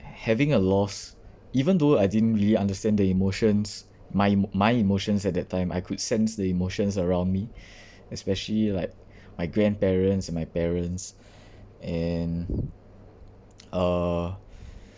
having a loss even though I didn't really understand the emotions my emo~ my emotions at that time I could sense the emotions around me especially like my grandparents and my parents and uh